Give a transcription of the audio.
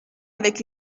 avec